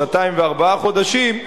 שנתיים וארבעה חודשים,